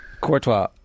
Courtois